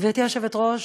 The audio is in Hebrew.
גברתי היושב-ראש,